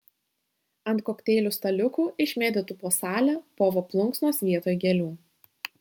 ant kokteilių staliukų išmėtytų po salę povo plunksnos vietoj gėlių